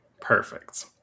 perfect